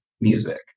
music